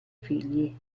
figli